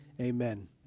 Amen